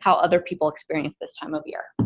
how other people experience this time of year.